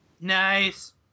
Nice